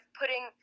putting